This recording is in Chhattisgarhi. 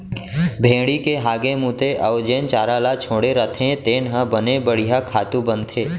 भेड़ी के हागे मूते अउ जेन चारा ल छोड़े रथें तेन ह बने बड़िहा खातू बनथे